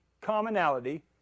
commonality